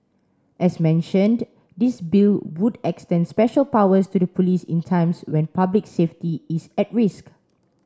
as mentioned this bill would extend special powers to the police in times when public safety is at risk